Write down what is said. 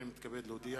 הנני מתכבד להודיע,